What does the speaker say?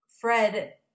Fred